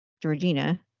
Georgina